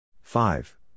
Five